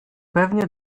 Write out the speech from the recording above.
pewnie